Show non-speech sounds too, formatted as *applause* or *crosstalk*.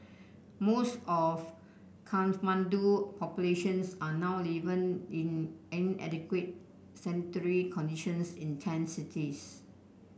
most of Kathmandu populations are now *unintelligible* in inadequate sanitary conditions in tent cities